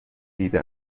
دیده